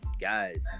guys